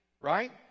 right